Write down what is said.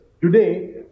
Today